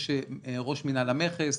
יש ראש מינהל המכס,